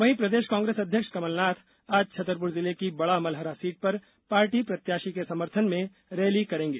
वहीं प्रदेश कांग्रेस अध्यक्ष कमलनाथ आज छतरपुर जिले की बड़ा मलहरा सीट पर पार्टी प्रत्याशी के समर्थन में रैली करेंगे